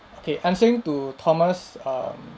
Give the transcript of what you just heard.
okay answering to thomas um